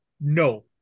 No